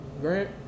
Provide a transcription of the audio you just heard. Grant